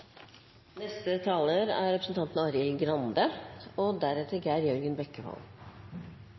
Neste taler er representanten Arild Grande, som også er fungerende saksordfører, og